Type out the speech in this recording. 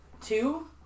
two